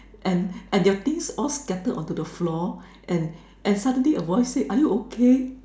and and your teeth all scattered over the floor and suddenly a voice said are you okay